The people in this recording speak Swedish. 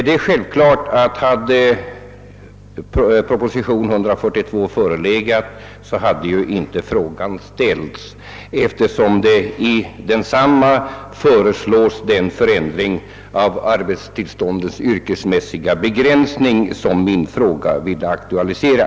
Det är självklart att hade proposition nr 142 förelegat hade inte frågan ställts, eftersom i densamma föreslås den förändring av arbetstillståndens yrkesmässiga begränsning som jag i min fråga ville aktualisera.